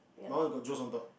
my one got Joe's on top